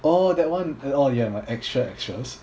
oh that [one] orh ya my extra extras